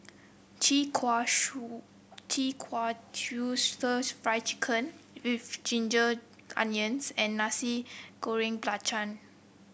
chi kak Chi Kak Kuih stir Fry Chicken with Ginger Onions and Nasi Goreng Belacan